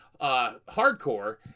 hardcore